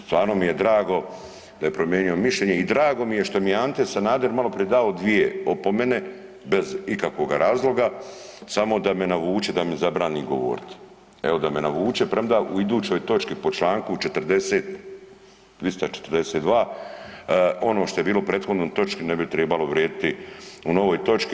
Stvarno mi je drago da je promijenio mišljenje i drago mi je što mi je Ante Sanader malo prije dao dvije opomene bez ikakvoga razloga, samo da me navuče da mi zabrani govoriti, evo da me navuče premda u idućoj točki po članku 242. ono što je bilo u prethodnoj točki ne bi trebalo vrijediti u novoj točki.